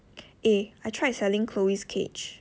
eh I tried selling chloe's cage